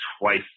twice